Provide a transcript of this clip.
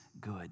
good